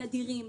תדירים,